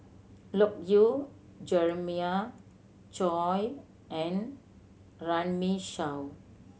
Loke Yew Jeremiah Choy and Runme Shaw